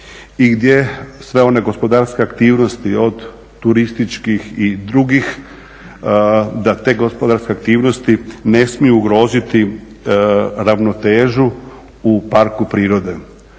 i gdje sve one gospodarske aktivnosti od turističkih i drugih da te gospodarske aktivnosti ne smiju ugroziti ravnotežu u parku prirode.